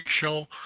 show